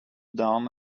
dawn